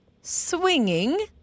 swinging